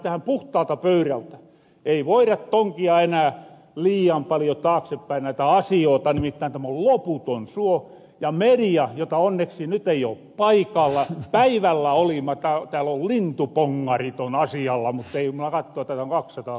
lähetähän puhtaalta pöyrältä ei voira tonkia enää liian paljo taaksepäin näitä asioita nimittäin tämä on loputon suo ja media onneksi nyt ei oo paikalla päivällä oli mä katoin että täällä lintubongarit on asialla ku täällä oli kaksisataa kansanedustajaa